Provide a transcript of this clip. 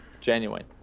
genuine